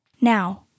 Now